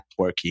networking